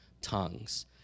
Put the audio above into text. tongues